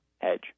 edge